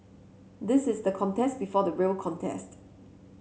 this is the contest before the real contest